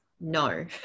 no